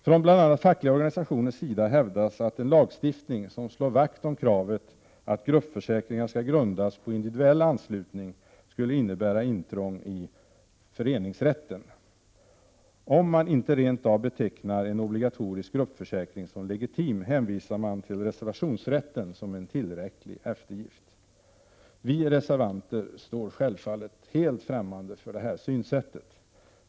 Från bl.a. fackliga organisationers sida hävdas att en lagstiftning som slår vakt om kravet att gruppförsäkringar skall grundas på individuell anslutning skulle innebära intrång i föreningsrätten. Om man inte rent av betecknar en obligatorisk gruppförsäkring som legitim, hänvisar man till reservationsrätten som en tillräcklig eftergift. Vi reservanter står självfallet helt ftämmande för detta synsätt.